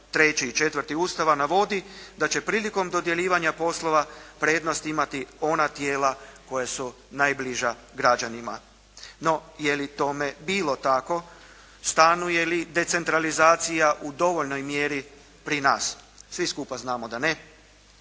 3. i 4. Ustava navodi da će prilikom dodjeljivanja poslova prednost imati ona tijela koja su najbliža građanima. No, je li tome bilo tako? Stanuje li decentralizacija u dovoljnoj mjeri pri nas? Svi skupa znamo da ne,